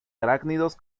arácnidos